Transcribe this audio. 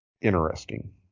interesting